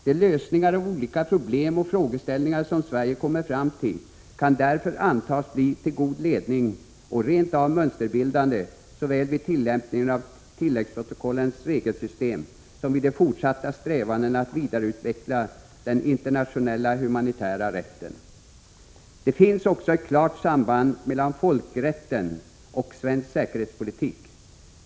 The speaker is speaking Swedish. De lösningar av olika problem och frågeställningar som Sverige kommer fram till kan därför antas bli till god ledning och rent av bli mönsterbildande såväl vid tillämpningen av tilläggsprotokollens regelsystem som vid de fortsatta strävandena att vidareutveckla den internationella humanitära rätten. Det finns också ett klart samband mellan folkrätten och svensk säkerhetspolitik.